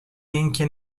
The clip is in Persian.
اینکه